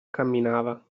camminava